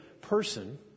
person